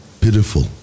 Pitiful